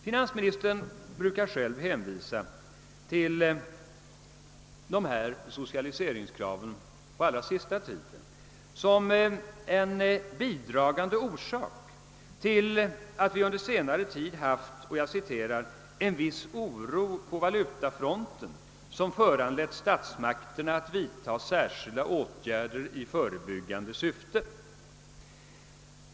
Finansministern brukar själv hänvisa till dessa socialiseringskrav som en bidragande orsak till att vi under senare tid haft »en viss oro på valutafronten som föranlett statsmakterna att vidtaga särskilda åtgärder i förebyggande syfte».